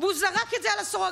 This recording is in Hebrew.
והוא זרק את זה על הסורגים,